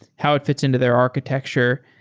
how it fits into their architecture?